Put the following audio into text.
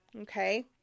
Okay